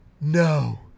no